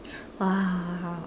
!wah!